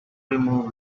remove